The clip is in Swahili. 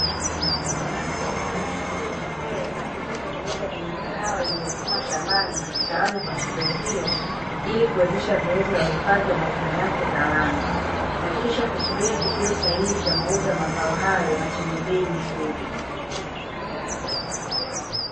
Mwanamke akiwa ameshikilia chepeo akivuta viroba vyenye kahawa iliyovunwa shambani na kutawanya kwa chepeo hilo ili kuwezesha zoezi la uhifadhi wa mavuno yake ghalani, na kisha kusubiri kipindi sahihi cha mauzo ya mazao hayo na chenye bei nzuri.